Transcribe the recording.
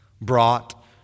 brought